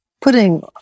putting